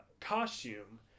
costume